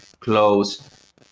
close